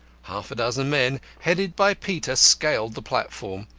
half-a-dozen men headed by peter scaled the platform.